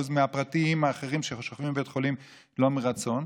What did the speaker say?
הפרטים האחרים ששוכבים בית חולים לא מרצון?